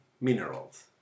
minerals